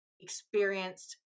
experienced